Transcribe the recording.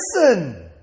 listen